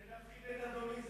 כדי להפחיד את אדוני.